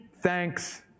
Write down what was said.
thanks